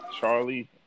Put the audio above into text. Charlie